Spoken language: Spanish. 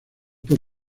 por